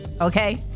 Okay